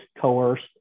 coerced